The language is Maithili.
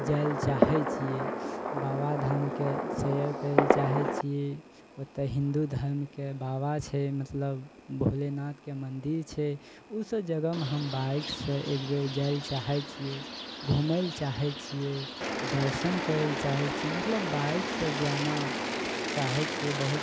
जाइ लए चाहय छियै बाबा धामके शेयर करय लए चाहय छियै ओतय हिन्दू धर्मके बाबा छै मतलब भोलेनाथके मन्दिर छै उसब जगहमे हम बाइकसँ एकबेर जाइ लए चाहय छियै घुमय लए चाहय छियै दर्शन करय लए चाहय छियै मतलब बाइकसँ जाना चाहय छियै बहुत